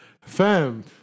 Fam